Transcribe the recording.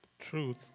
truth